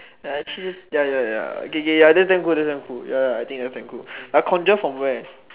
ya ya ya okay okay ya that's damn cool that's damn cool ya ya I think that's damn cool but conjure from where